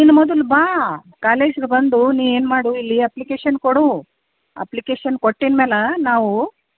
ನೀನು ಮೊದಲು ಬಾ ಕಾಲೇಜಿಗೆ ಬಂದು ನೀ ಏನು ಮಾಡು ಇಲ್ಲಿ ಅಪ್ಲಿಕೇಶನ್ ಕೊಡು ಅಪ್ಲಿಕೇಶನ್ ಕೊಟ್ಟಿನ ಮೇಲ ನಾವು